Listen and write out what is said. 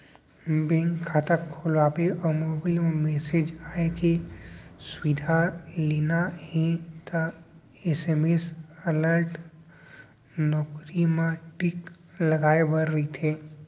bank खाता खोलवाबे अउ मोबईल म मेसेज आए के सुबिधा लेना हे त एस.एम.एस अलर्ट नउकरी म टिक लगाए बर परथे